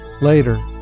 Later